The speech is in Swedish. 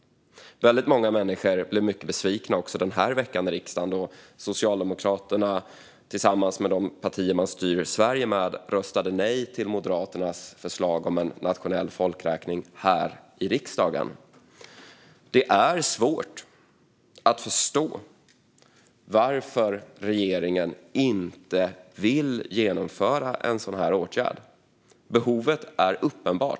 Många människor blev också mycket besvikna den här veckan när Socialdemokraterna tillsammans med de partier man styr Sverige med röstade nej här i riksdagen till Moderaternas förslag om en nationell folkräkning. Det är svårt att förstå varför regeringen inte vill genomföra en sådan åtgärd. Behovet är uppenbart.